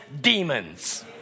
demons